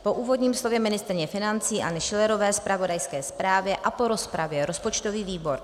Po úvodním slově ministryně financí Aleny Schillerové, zpravodajské správě a po rozpravě rozpočtový výbor